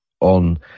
on